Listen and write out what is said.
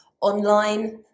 online